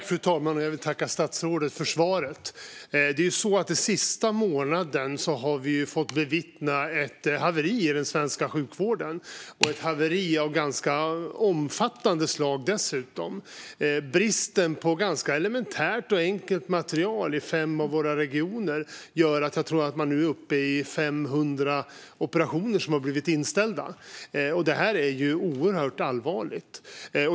Fru talman! Jag vill tacka statsrådet för svaret! Den senaste månaden har vi bevittnat ett haveri i den svenska sjukvården. Det var dessutom ett omfattande haveri. Bristen på elementärt och enkelt material i fem av våra regioner gör att man är uppe i 500 inställda operationer, och det är oerhört allvarligt.